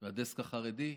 והדסק החרדי,